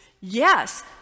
Yes